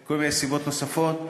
כל מיני סיבות נוספות.